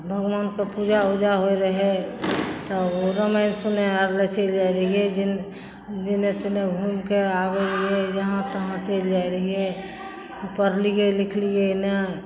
भगवानके पूजा उजा होइ रहए तब रामायण सुने आर अथी जाइ रहियै जिन जेने तेने घुमिके आबय रहियै जहाँ तहाँ चलि जाइ रहियै पढ़लियै लिखलियै नहि